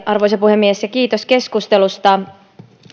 arvoisa puhemies kiitos keskustelusta